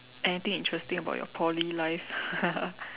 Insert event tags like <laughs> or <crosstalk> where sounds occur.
anything interesting about your Poly life <laughs>